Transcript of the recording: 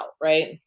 right